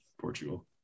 Portugal